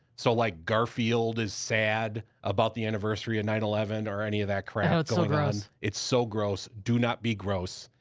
so like garfield is sad about the anniversary of nine eleven or any of that crap. that's so gross. it's so gross. do not be gross.